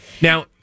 Now